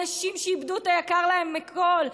אנשים שאיבדו את היקר להם מכול,